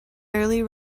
early